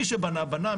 מי שבנה בנה,